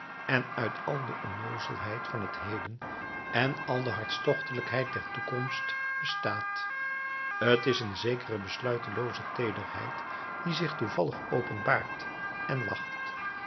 en uit al de onnoozelheid van het heden en al de hartstochtelijkheid der toekomst bestaat t is een zekere besluitelooze teederheid die zich toevallig openbaart en wacht